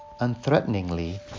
unthreateningly